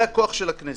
זה הכוח של הכנסת.